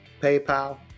PayPal